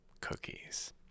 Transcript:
cookies